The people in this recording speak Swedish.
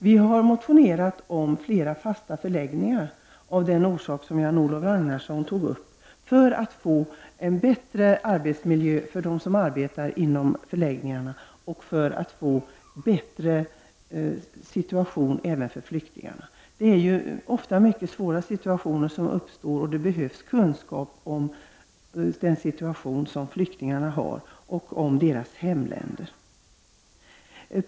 Vi har motionerat om flera fasta förläggningar av den orsak som Jan-Olof Ragnarsson tog upp, nämligen att få en bättre arbetsmiljö för dem som arbetar inom förläggningarna och för att få en bättre situation även för flyktingarna. Det är ju ofta mycket besvärliga situationer som uppstår, och det behövs kunskap om just den situation som flyktingarna har och om deras hemländer.